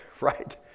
Right